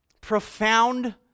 profound